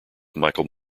michael